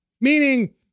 Meaning